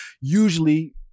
usually